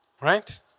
right